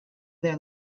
there